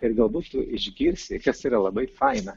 ir galbūt išgirsi kas yra labai faina